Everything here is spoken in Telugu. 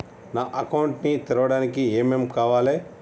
నా అకౌంట్ ని తెరవడానికి ఏం ఏం కావాలే?